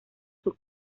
sus